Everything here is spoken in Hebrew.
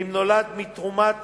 ואם נולד מתורמת